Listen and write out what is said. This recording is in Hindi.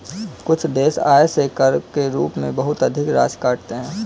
कुछ देश आय से कर के रूप में बहुत अधिक राशि काटते हैं